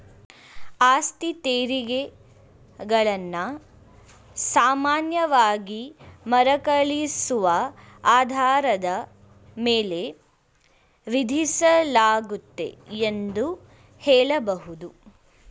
ಆಸ್ತಿತೆರಿಗೆ ಗಳನ್ನ ಸಾಮಾನ್ಯವಾಗಿ ಮರುಕಳಿಸುವ ಆಧಾರದ ಮೇಲೆ ವಿಧಿಸಲಾಗುತ್ತೆ ಎಂದು ಹೇಳಬಹುದು